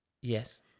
Yes